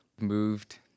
moved